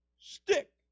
Stick